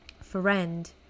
friend